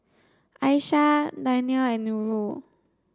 Aisyah Daniel and Nurul